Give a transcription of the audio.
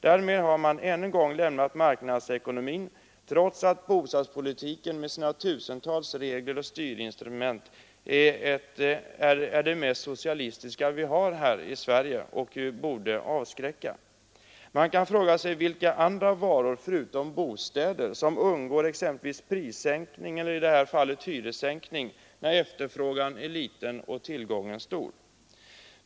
Därmed har man än en gång lämnat marknadsekonomin, trots att bostadspolitiken med sina tusentals regler och styrinstrument är det mest socialistiska vi har i Sverige, och det borde avskräcka. Man kan fråga sig vilka varor förutom bostäder som undgår exempelvis prissänkning — i detta fall hyressänkning — när efterfrågan är liten och tillgången stor.